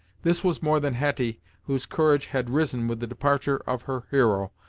this was more than hetty, whose courage had risen with the departure of her hero,